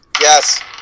Yes